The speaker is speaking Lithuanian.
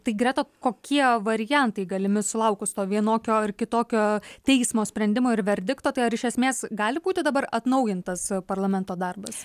tai greta kokie variantai galimi sulaukus to vienokio ar kitokio teismo sprendimo ir verdikto tai ar iš esmės gali būti dabar atnaujintas parlamento darbas